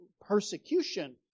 persecution